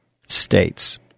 states